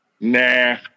nah